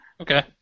Okay